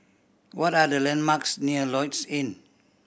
what are the landmarks near Lloyds Inn